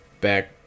back